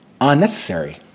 unnecessary